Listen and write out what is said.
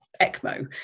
ECMO